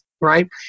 right